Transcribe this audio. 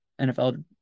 NFL